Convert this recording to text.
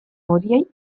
horiei